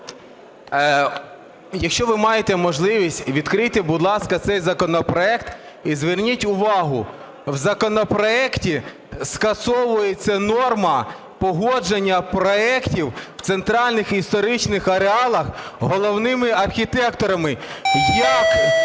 якщо ви маєте можливість, відкрийте, будь ласка, цей законопроект і зверніть увагу: в законопроекті скасовується норма погодження проектів в центральних історичних ареалах головними архітекторами. Як?